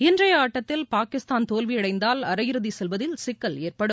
இன்றைய ஆட்டத்தில் பாகிஸ்தான் தோல்வியடைந்தால் அரையிறுதி செல்வதில் சிக்கல் ஏற்படும்